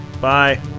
Bye